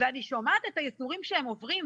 אני שומעת את הייסורים שהם עוברים,